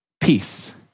peace